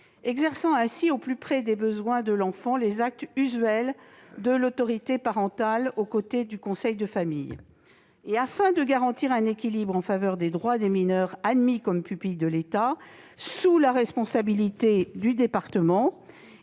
exercera ainsi au plus près des besoins de l'enfant les actes usuels de l'autorité parentale aux côtés du conseil de famille. Afin de garantir un équilibre en faveur des droits des mineurs admis comme pupilles de l'État, sous la responsabilité du département,